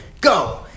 Go